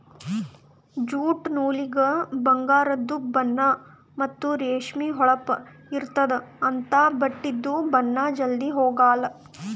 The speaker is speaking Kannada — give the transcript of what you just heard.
ಜ್ಯೂಟ್ ನೂಲಿಗ ಬಂಗಾರದು ಬಣ್ಣಾ ಮತ್ತ್ ರೇಷ್ಮಿ ಹೊಳಪ್ ಇರ್ತ್ತದ ಅಂಥಾ ಬಟ್ಟಿದು ಬಣ್ಣಾ ಜಲ್ಧಿ ಹೊಗಾಲ್